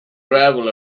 gravel